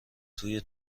توی